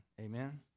Amen